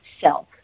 self